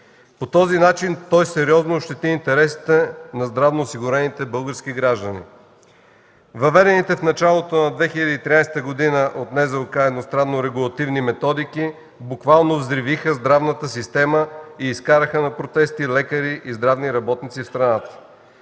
По този начин той сериозно ощети интересите на здравноосигурените български граждани. Въведените в началото на 2013 г. от НЗОК едностранно регулативни методики буквално взривиха здравната система и изкараха на протести лекари и здравни работници из страната.